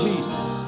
Jesus